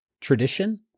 tradition